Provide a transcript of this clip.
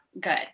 good